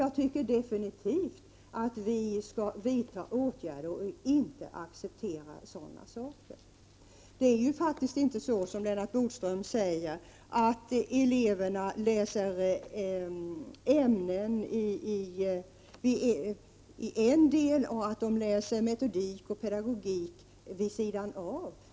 Jag tycker definitivt att vi skall vidta åtgärder. Det är inte så som Lennart Bodström säger, att eleverna läser ämnen för sig och metodik och pedagogik vid sidan av.